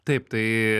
taip tai